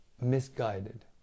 misguided